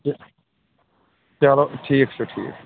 چلو ٹھیٖک چھُ ٹھیٖک